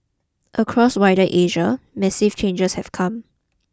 across wider Asia massive changes have come